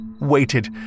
waited